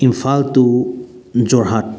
Imphal to Jorhat